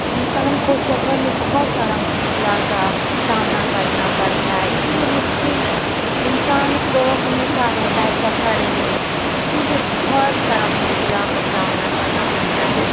انسان کو سفر میں بہت سارا مشکلوں کا سامنا کرنا پڑتا ہے اسی لیے مشکل انسان کو ہمیشہ رہتا ہے سفر میں اسی لیے بہت سارا مشکلوں کا سامنا کرنا پڑتا ہے